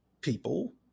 people